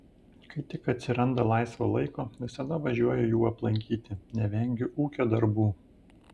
kai tik atsiranda laisvo laiko visada važiuoju jų aplankyti nevengiu ūkio darbų